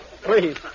please